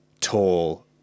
tall